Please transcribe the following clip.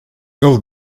ele